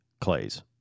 clays